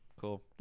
Cool